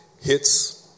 hits